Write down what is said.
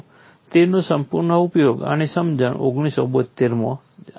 તેનો સંપૂર્ણ ઉપયોગ અને સમજણ 1972 માં જ આવી હતી